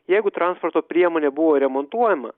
jeigu transporto priemonė buvo remontuojama